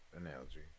analogy